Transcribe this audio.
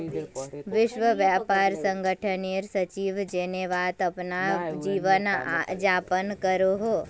विश्व व्यापार संगठनेर सचिव जेनेवात अपना जीवन यापन करोहो